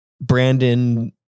brandon